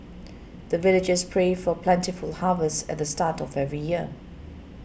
the villagers pray for plentiful harvest at the start of every year